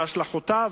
שהשלכותיו,